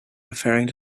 referring